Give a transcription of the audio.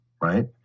right